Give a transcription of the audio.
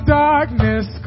darkness